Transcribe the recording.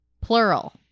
plural